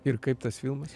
ir kaip tas filmas